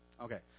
Okay